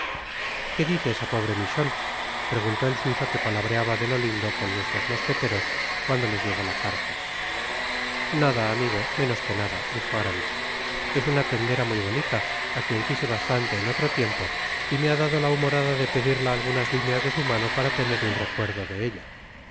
qué dice esa pobre michon preguntó el suizo que palabreaba de lo lindo con nuestros mosqueteros cuando les llegó la carta nada amigo menos que nada dijo aramis es una tendera muy bonita á quien quise bastante en otro tiempo y me ha dado la humorada de pedirla algunas lineas de su mano para tener un recuerdo de ella